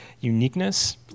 uniqueness